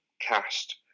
cast